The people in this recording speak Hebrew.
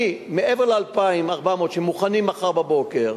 מעבר ל-2,400 שמוכנים מחר בבוקר,